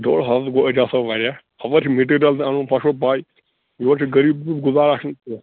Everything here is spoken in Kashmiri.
ڈۅڈ ہتھ گوٚو ایجاب صٲب وارِیاہ ہُپٲرۍ چھُ مِٹیٖرل تہِ اَنُن تۄہہِ چھَو پےَ یورٕ چھِ غریٖب سُنٛد گُزارا چھُنہٕ کیٚنٛہہ